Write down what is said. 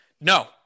No